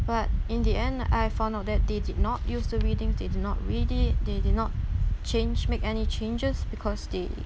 but in the end I found out that they did not use to reading did not read it they did not change make any changes because they